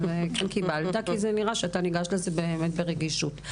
קבלת כי נראה שאתה ניגש לזה באמת ברגישות.